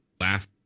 laugh